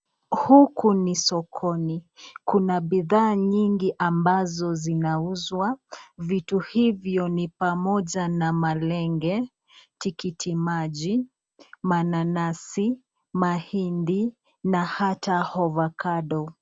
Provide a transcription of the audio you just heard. Huku ni sokoni, kuna bidhaa nyingi ambazo zinauzwa, vitu hivyo ni pamoja na malenge, tikiti maji, mananasi, mahindi na hata avocado.